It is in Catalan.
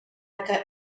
que